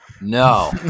No